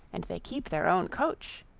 and they keep their own coach.